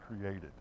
created